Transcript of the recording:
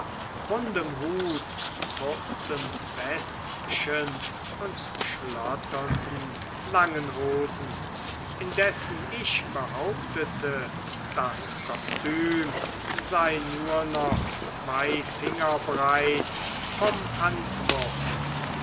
rundem hut kurzem westchen und schlotternden langen hosen indessen ich behauptete das kostüm sei nur zwei finger breit vom hanswurst